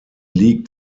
liegt